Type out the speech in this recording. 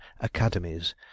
academies